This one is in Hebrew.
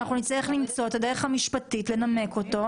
ואנחנו נצטרך למצוא את הדרך המשפטית לנמק אותו,